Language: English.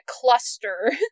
cluster